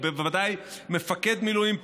ובוודאי מפקד מילואים פעיל,